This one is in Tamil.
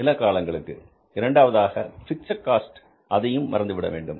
சில காலங்களுக்கு இரண்டாவதாக பிக்ஸட் காஸ்ட் அதனையும் மறந்துவிட வேண்டும்